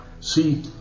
See